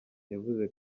yavuze